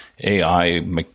AI